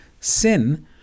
sin